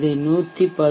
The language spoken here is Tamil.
இது 114